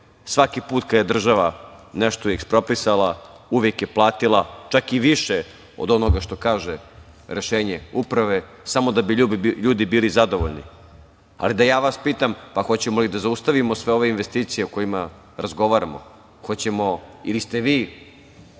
Svaki put kada je država nešto eksproprisala uvek je platila, čak i više od onoga što kaže rešenje Uprave, samo da bi ljudi bili zadovoljni. Da vas ja pitam – hoćemo li da zaustavimo sve ove investicije o kojima razgovaramo? Hoćemo li ili ste vi